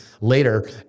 later